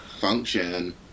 function